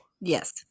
Yes